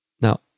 Now